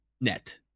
net